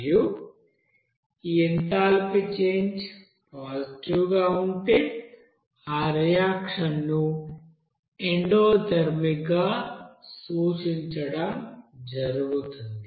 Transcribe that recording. మరియు ఈ enthalpy change positive గా ఉంటే ఆ రియాక్షన్ ను ఎండోథెర్మిక్ గా సూచించడం జరుగుతుంది